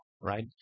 Right